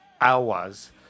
hours